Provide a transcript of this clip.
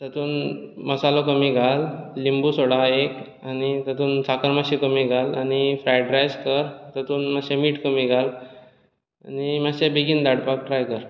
तेतूंत मसालो कमी घाल लिंबू सोडा एक आनी तातूंत साखर मातशी कमी घाल आनी फ्रायड्रायस कर तेतूंत मातशें मीठ कमी घाल आनी मातशें बेगीन धाडपाक ट्राय कर